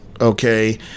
Okay